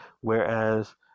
whereas